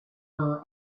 her